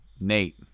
Nate